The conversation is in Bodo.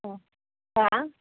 औ मा